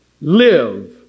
live